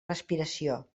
respiració